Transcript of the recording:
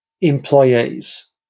employees